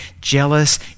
jealous